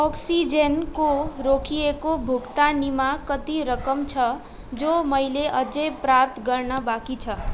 अक्सिजनको रोकिएको भुक्तानीमा कति रकम छ जो मैले अझै प्राप्त गर्न बाँकी छ